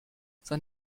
sein